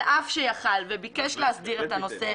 על אף שיכול היה וביקש להסדיר את הנושא.